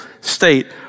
state